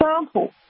example